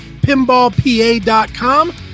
PinballPA.com